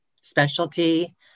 specialty